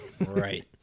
right